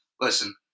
Listen